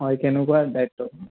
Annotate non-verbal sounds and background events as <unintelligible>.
হয় কেনেকুৱা দায়িত্ব <unintelligible>